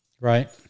Right